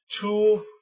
two